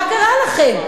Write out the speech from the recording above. מה קרה לכם?